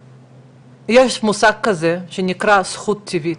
יש מושג כזה שנקרא 'זכות טבעית'.